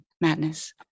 madness